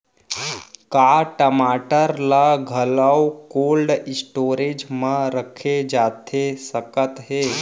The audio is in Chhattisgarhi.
का टमाटर ला घलव कोल्ड स्टोरेज मा रखे जाथे सकत हे?